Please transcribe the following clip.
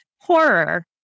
horror